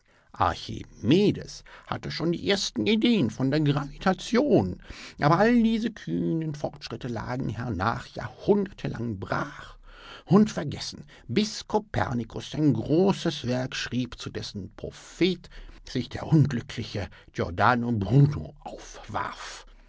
archimedes hatte schon die ersten ideen von der gravitation aber all diese kühnen fortschritte lagen hernach jahrhundertelang brach und vergessen bis kopernikus sein großes werk schrieb zu dessen prophet sich der unglückliche giordano bruno aufwarf